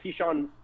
Keyshawn